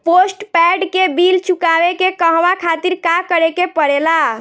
Postpaid के bill चुकावे के कहवा खातिर का करे के पड़ें ला?